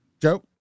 Joe